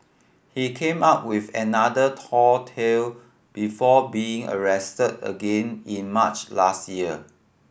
he came up with another tall tale before being arrested again in March last year